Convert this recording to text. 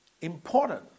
Important